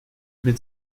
mit